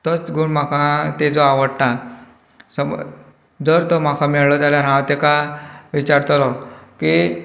तोच गूण म्हाका तेचो आवडटा समज जर तो म्हाका मेळ्ळो जाल्यार हांव तेका विचारतलो की